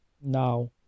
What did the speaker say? now